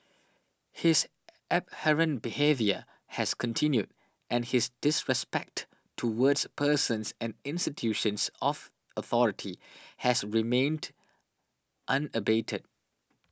his abhorrent behaviour has continued and his disrespect towards persons and institutions of authority has remained unabated